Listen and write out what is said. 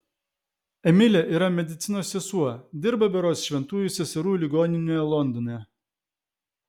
emilė yra medicinos sesuo dirba berods šventųjų seserų ligoninėje londone